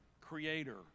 creator